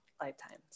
lifetimes